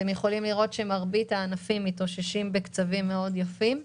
אתם יכולים לראות שמרבית הענפים מתאוששים בקצבים יפים מאוד.